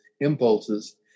impulses